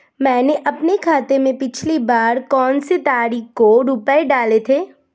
मैंने अपने खाते में पिछली बार कौनसी तारीख को रुपये डाले थे?